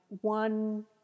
one